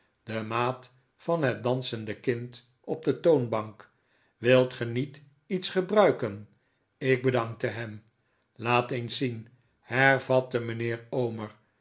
de maat van het dansende kind op de toonbank wilt ge niet iets gebruiken ik bedankte hem laat eens zien hervatte mijnheer omer